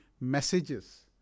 messages